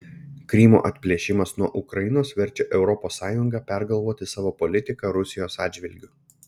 krymo atplėšimas nuo ukrainos verčia europos sąjungą pergalvoti savo politiką rusijos atžvilgiu